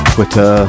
Twitter